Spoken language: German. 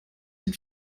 den